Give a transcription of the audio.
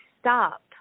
stop